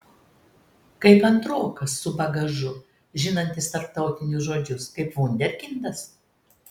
kaip antrokas su bagažu žinantis tarptautinius žodžius kaip vunderkindas